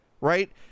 right